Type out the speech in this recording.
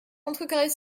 contrecarrer